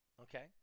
Okay